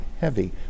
heavy